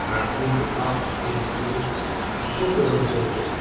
maar toen denacht inviel zonder een wolkje